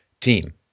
team